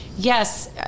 Yes